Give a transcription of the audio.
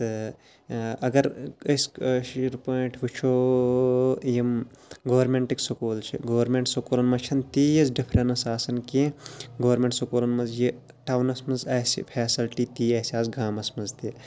تہٕ اگر أسۍ کٲشِر پٲٹھۍ وٕچھو یِم گورمیٚنٹٕکۍ سکوٗل چھِ گورمیٚنٹ سکوٗلَن مَنٛز چھَنہٕ تیٖژ ڈِفرَنٕس آسان کینٛہہ گورمیٚنٹ سکوٗلَن مَنٛز یہِ ٹاونَس مَنٛز آسہِ فیسَلٹی تی آسہِ آزٕ گامَس مَنٛز تہِ